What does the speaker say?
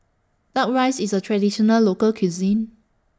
Duck Rice IS A Traditional Local Cuisine